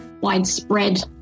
widespread